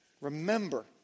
Remember